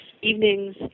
evenings